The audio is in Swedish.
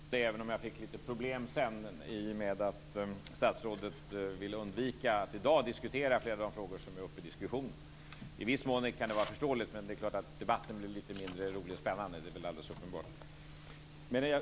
Fru talman! Jag hade tänkt inleda med att säga att det i flera avseenden var ett intressant anförande, även om jag fick lite problem i och med att statsrådet sade att hon i dag vill undvika att diskutera flera av de frågor som är uppe till diskussion. I viss mån kan det vara förståeligt, men det är väl alldeles uppenbart att debatten blir lite mindre rolig och spännande.